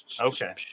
Okay